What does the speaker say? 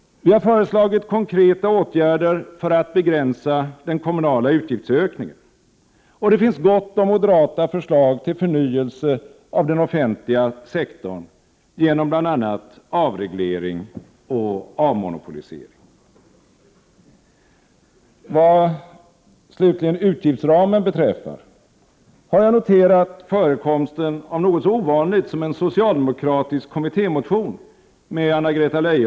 Vi har föreslagit konkreta åtgärder för att begränsa den kommunala utgiftsökningen. Och det finns gott om moderata förslag till förnyelse av den offentliga sektorn genom bl.a. avreglering och avmonopolisering. Vad slutligen utgiftsramen beträffar har jag noterat förekomsten av något så ovanligt som en socialdemokratisk kommittémotion med Anna-Greta Prot.